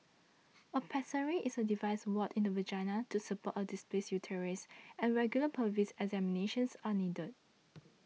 a pessary is a device worn in the vagina to support a displaced uterus and regular pelvic examinations are needed